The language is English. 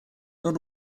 not